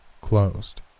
closed